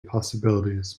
possibilities